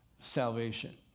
salvation